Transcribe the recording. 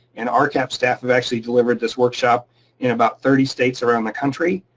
and ah rcap staff have actually delivered this workshop in about thirty states around the country.